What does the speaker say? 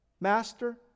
master